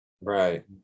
right